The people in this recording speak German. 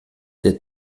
der